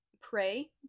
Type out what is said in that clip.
Pray